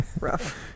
Rough